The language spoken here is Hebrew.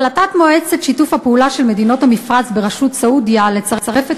החלטת מועצת שיתוף הפעולה של מדינות המפרץ בראשות סעודיה לצרף את